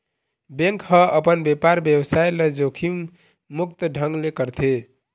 bank ह अपन बेपार बेवसाय ल जोखिम मुक्त ढंग ले करथे